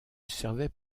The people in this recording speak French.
servait